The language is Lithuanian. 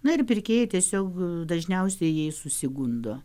na ir pirkėjai tiesiog dažniausiai jais susigundo